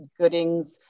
Goodings